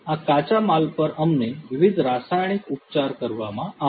આ કાચા માલ પર અમને વિવિધ રાસાયણિક ઉપચાર કરવામાં આવશે